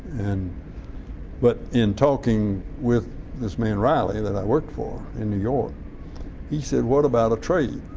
and but in talking with this man riley that i worked for in new york he said, what about a trade?